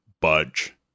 budge